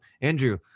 Andrew